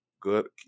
good